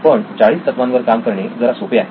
पण 40 तत्वांवर काम करणे जरा सोपे आहे